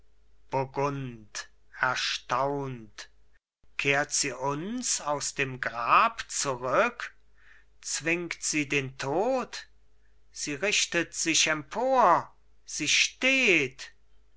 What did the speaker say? erstaunt kehrt sie uns aus dem grab zurück zwingt sie den tod sie richtet sich empor sie steht